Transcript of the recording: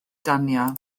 danio